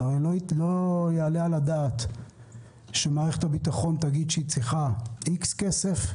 לא יעלה על הדעת שמערכת הביטחון תגיד שהיא צריכה X כסף,